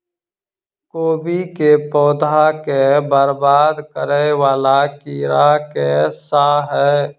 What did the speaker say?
कोबी केँ पौधा केँ बरबाद करे वला कीड़ा केँ सा है?